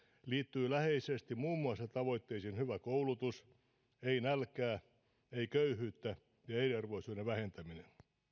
liittyy läheisesti muun muassa tavoitteisiin hyvä koulutus ei nälkää ei köyhyyttä ja eriarvoisuuden vähentäminen